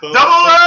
Double